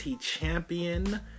champion